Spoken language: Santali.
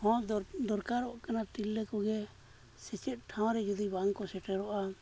ᱦᱚᱸ ᱫᱚᱨᱠᱟᱨᱚᱜ ᱠᱟᱱᱟ ᱛᱤᱨᱞᱟᱹ ᱠᱚᱜᱮ ᱥᱮᱪᱮᱫ ᱴᱷᱟᱶ ᱨᱮ ᱡᱩᱫᱤ ᱵᱟᱝᱠᱚ ᱥᱮᱴᱮᱨᱚᱜᱼᱟ